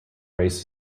raised